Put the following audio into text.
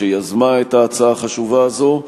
שיזמה את ההצעה החשובה הזאת,